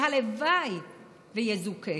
והלוואי שיזוכה.